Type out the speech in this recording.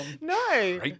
No